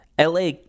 LA